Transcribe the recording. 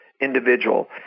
individual